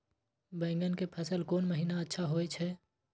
बैंगन के फसल कोन महिना अच्छा होय छै?